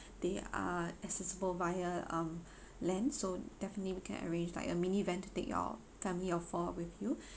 they are accessible via um land so definitely we can arrange like a mini van to take your family of four with you